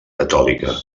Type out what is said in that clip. catòlica